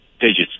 digits